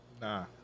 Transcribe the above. nah